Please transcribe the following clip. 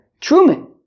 truman